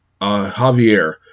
Javier